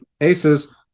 aces